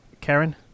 Karen